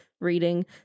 Reading